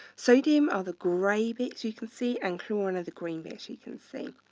sodium are the grey bits you can see, and chlorine are the green bits you can see.